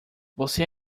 você